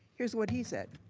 here's what he said.